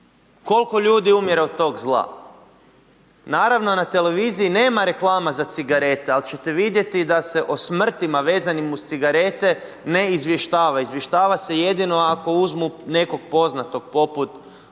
Koliko ljudi umire od tog zla? Naravno na televiziji nema reklama za cigarete li ćete vidjeti da se o smrtima vezanim uz cigarete ne izvještava, izvještava se jedino ako uzmu nekog poznatog poput